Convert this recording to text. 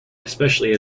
especially